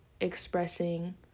expressing